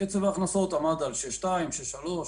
קצב ההכנסות עמד על 6.2, 6.3,